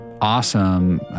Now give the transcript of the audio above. awesome